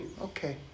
Okay